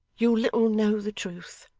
you little know the truth